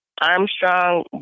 Armstrong